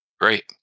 Great